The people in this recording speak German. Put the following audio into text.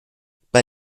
bei